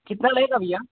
कितना लगेगा भैया